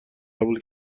قبول